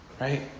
Right